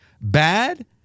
bad